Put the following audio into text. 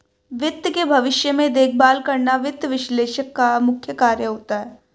वित्त के भविष्य में देखभाल करना वित्त विश्लेषक का मुख्य कार्य होता है